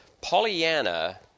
Pollyanna